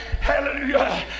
hallelujah